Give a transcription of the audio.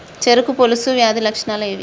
చెరుకు పొలుసు వ్యాధి లక్షణాలు ఏవి?